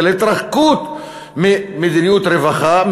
של ההתרחקות ממדיניות רווחה,